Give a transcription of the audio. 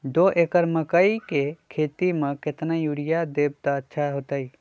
दो एकड़ मकई के खेती म केतना यूरिया देब त अच्छा होतई?